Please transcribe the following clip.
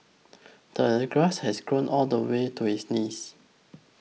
the grass had grown all the way to his knees